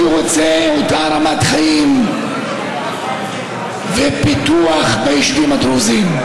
אני רוצה אותה רמת חיים ופיתוח ביישובים הדרוזיים.